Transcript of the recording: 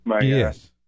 Yes